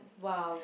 !wow!